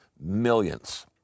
millions